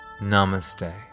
Namaste